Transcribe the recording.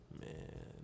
Man